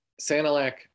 Sanilac